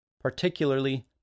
particularly